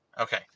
Okay